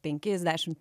penkis dešimt